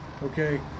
Okay